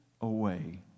away